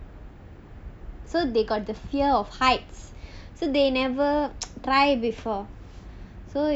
so they got the fear of heights so they never try before